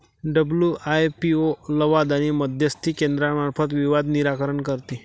WIPO लवाद आणि मध्यस्थी केंद्रामार्फत विवाद निराकरण करते